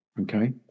Okay